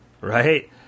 right